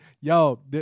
Yo